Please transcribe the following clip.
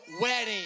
wedding